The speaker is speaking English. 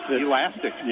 Elastic